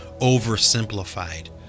oversimplified